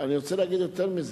אני רוצה להגיד יותר מזה: